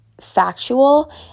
factual